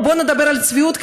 בוא נדבר על צביעות,